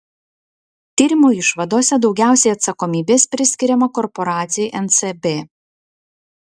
tyrimo išvadose daugiausiai atsakomybės priskiriama korporacijai ncb